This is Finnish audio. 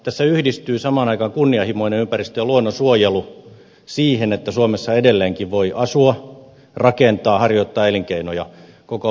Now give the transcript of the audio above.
tässä yhdistyy samaan aikaan kunnianhimoinen ympäristö ja luonnonsuojelu siihen että suomessa edelleenkin voi asua rakentaa harjoittaa elinkeinoja koko maan alueella